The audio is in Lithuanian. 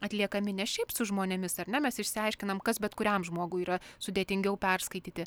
atliekami ne šiaip su žmonėmis ar ne mes išsiaiškinam kas bet kuriam žmogui yra sudėtingiau perskaityti